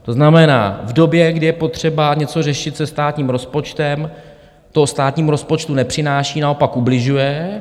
To znamená, v době, kdy je potřeba něco řešit se státním rozpočtem, to státnímu rozpočtu nepřináší, naopak ubližuje.